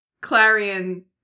Clarion